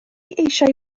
eisiau